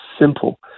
simple